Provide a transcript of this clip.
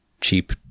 cheap